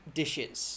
dishes